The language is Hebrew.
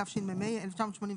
התשמ"ה-1985